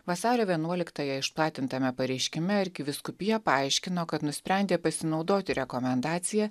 vasario vienuoliktąją išplatintame pareiškime arkivyskupija paaiškino kad nusprendė pasinaudoti rekomendacija